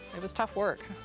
it was tough work.